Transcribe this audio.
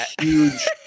huge